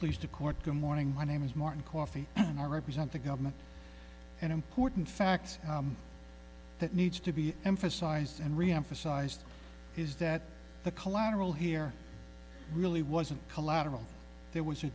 pleased to court good morning my name is martin coffee and are representing government and important facts that needs to be emphasized and reemphasized is that the collateral here really wasn't collateral there was a